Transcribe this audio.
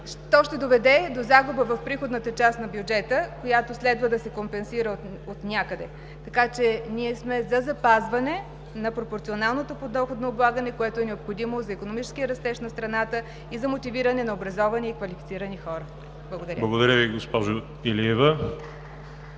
то ще доведе до загуба в приходната част на бюджета, която следва да се компенсира отнякъде. Ние сме за запазване на пропорционалното подоходно облагане, което е необходимо за икономическия растеж на страната, и за мотивиране на образовани и квалифицирани хора. Благодаря Ви.